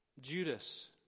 Judas